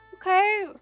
Okay